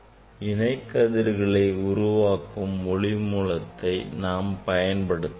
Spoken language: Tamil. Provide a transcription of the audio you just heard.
இணைக் கதிர்களை உருவாக்கும் ஒளி மூலத்தை நாம் பயன்படுத்தலாம்